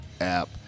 app